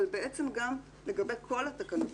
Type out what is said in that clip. אבל בעצם גם לגבי כל התקנות,